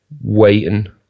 waiting